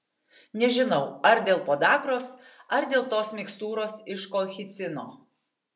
nežinau ar dėl podagros ar dėl tos mikstūros iš kolchicino